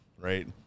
right